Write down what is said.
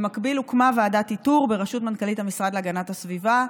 במקביל הוקמה ועדת איתור בראשות מנכ"לית המשרד להגנת הסביבה,